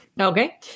Okay